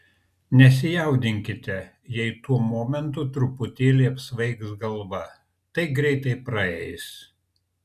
nesijaudinkite jei tuo momentu truputėlį apsvaigs galva tai greitai praeis